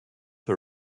her